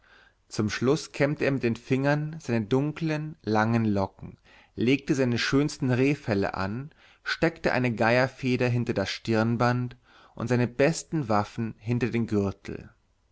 zum schluß kämmte er mit den fingern seine dunklen langen locken legte seine schönsten rehfelle an steckte eine geierfeder hinter das stirnband und seine besten waffen hinter den gürtel